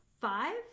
five